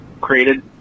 created